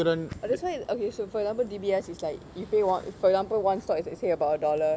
oh that's why okay so for example D_B_S is like you pay for example one stock is let's say about a dollar